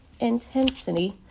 intensity